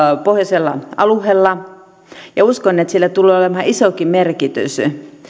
pohjoisella alueella ja uskon että sillä tulee olemaan isokin merkitys